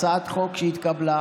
הצעת חוק שהתקבלה,